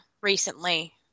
recently